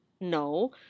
no